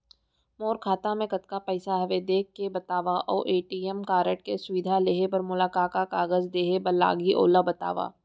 मोर खाता मा कतका पइसा हवये देख के बतावव अऊ ए.टी.एम कारड के सुविधा लेहे बर मोला का का कागज देहे बर लागही ओला बतावव?